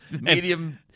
medium